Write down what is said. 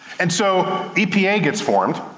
and so, epa gets formed.